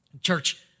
Church